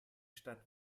stadt